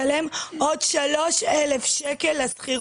עוד 3,000 שקל לשכירות,